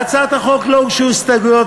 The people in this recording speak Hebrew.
להצעת החוק לא הוגשו הסתייגויות,